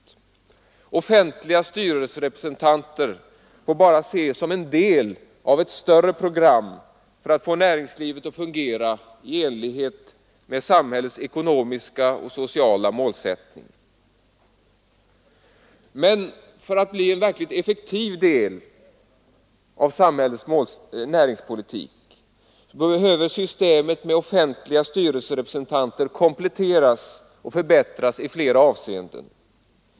Offentliga styrelserepresentanter får bara ses som en del av ett större program för att få näringslivet att fungera i enlighet med samhällets ekonomiska och sociala målsättningar. Men för att bli en verkligt effektiv del av samhällets näringspolitik behöver systemet med offentliga styrelserepresentanter kompletteras och förbättras i flera avseenden.